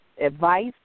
advice